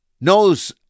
Knows